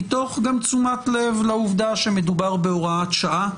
גם מתוך תשומת לב לעובדה שמדובר בהוראת שעה.